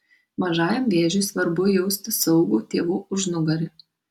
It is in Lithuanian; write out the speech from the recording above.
mažajam vėžiui svarbu jausti saugų tėvų užnugarį